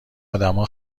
ادما